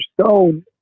Stone